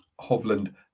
Hovland